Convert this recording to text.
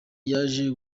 yaje